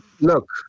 Look